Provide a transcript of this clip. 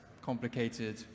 complicated